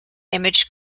image